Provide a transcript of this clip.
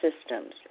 systems